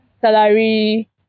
salary